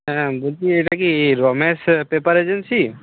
হ্যাঁ বলছি এটা কি রমেশ পেপার এজেন্সি